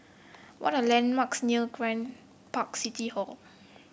what are landmarks near Grand Park City Hall